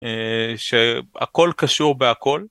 שהכל קשור בהכל.